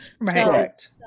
Right